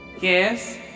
Yes